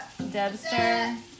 Debster